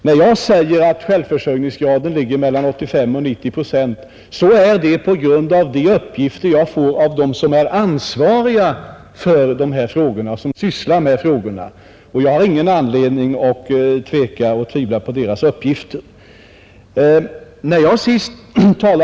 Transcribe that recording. När jag anför att självförsörjningsgraden ligger mellan 85 och 90 procent, grundar jag det på de uppgifter jag har fått av dem som är ansvariga för och sysslar med dessa frågor. Jag har ingen anledning att tvivla på deras uppgifter.